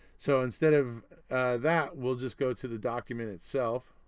so instead of that we'll just go to the document itself.